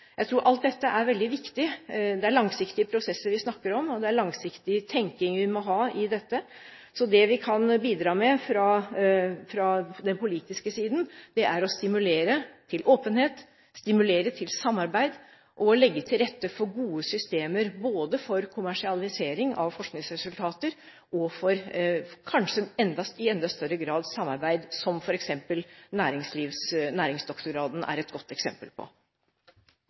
Jeg tror alt dette er veldig viktig. Det er langsiktige prosesser vi snakker om, og det er langsiktig tenkning vi må ha i dette. Så det vi kan bidra med fra den politiske siden, er å stimulere til åpenhet, stimulere til samarbeid, og legge til rette for gode systemer både for kommersialisering av forskningsresultater og for, kanskje i enda større grad, samarbeid, som f.eks. næringsdoktorgraden er et godt eksempel på.